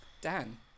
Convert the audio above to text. Dan